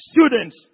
students